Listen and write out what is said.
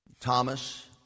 Thomas